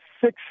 six